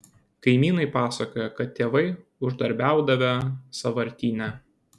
kaimynai pasakoja kad tėvai uždarbiaudavę sąvartyne